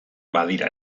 badira